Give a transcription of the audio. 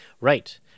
Right